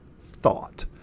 thought